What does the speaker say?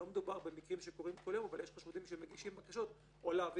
לא מדובר במקרים שקורים כל יום אבל יש חשודים שמגישים בקשות או להביא